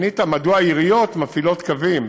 שאלת מדוע העיריות מפעילות קווים,